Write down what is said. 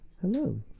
Hello